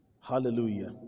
Hallelujah